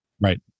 Right